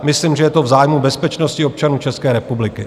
Myslím, že je to v zájmu bezpečnosti občanů České republiky.